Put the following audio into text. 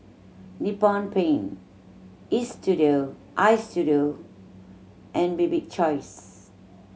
Nippon Paint Istudio and Bibik choice